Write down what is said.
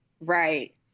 Right